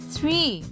Three